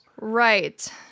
Right